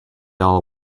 all